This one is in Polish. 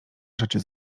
rzeczy